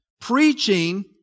preaching